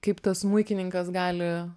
kaip tas smuikininkas gali